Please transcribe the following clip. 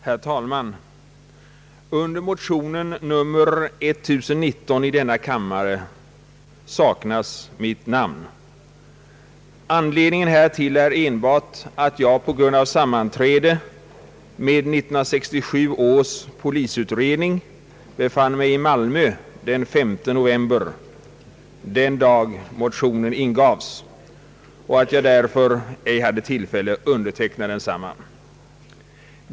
Herr talman! Under motionen nr 1019 i denna kammare saknas mitt namn. Anledningen härtill är endast, att jag på grund av sammanträde med 1967 års polisutredning befann mig i Malmö den 5 november, den dag motionen ingavs, varför jag inte hade tillfälle att underteckna densamma.